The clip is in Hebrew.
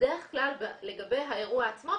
בדרך כלל לגבי האירוע עצמו,